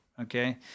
Okay